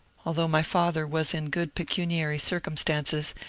although my father was in good pecuniary circumstances,